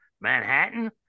Manhattan